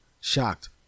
Shocked